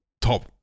top